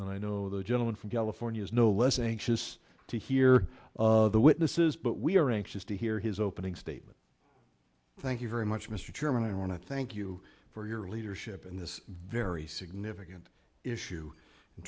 and i know the gentleman from california is no less anxious to hear the witnesses but we are anxious to hear his opening statement thank you very much mr chairman i want to thank you for your leadership in this very significant issue in